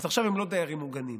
אז עכשיו הם לא דיירים מוגנים,